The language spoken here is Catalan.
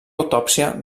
autòpsia